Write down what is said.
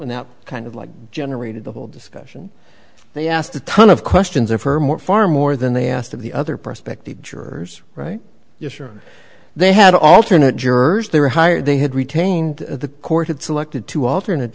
and that kind of like generated the whole discussion they asked a ton of questions of her more far more than they asked of the other prospective jurors right yes sure they had alternate jurors they were hired they had retained the court had selected to alternate